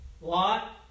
Lot